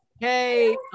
hey